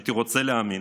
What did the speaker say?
הייתי רוצה להאמין,